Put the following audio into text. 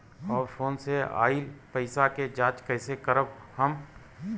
और फोन से आईल पैसा के जांच कैसे करब हम?